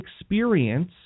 experience